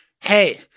Hey